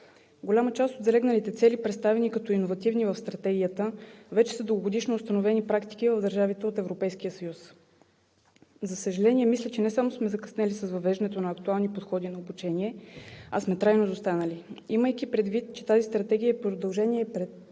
Голяма част от залегналите цели вече са дългогодишно установени практики в държавите от Европейския съюз. За съжаление, мисля, че не само сме закъснели с въвеждането на актуални подходи на обучение, а сме трайно изостанали. Имайки предвид, че тази стратегия е продължение и